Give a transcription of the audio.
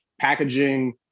packaging